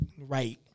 right